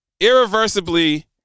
irreversibly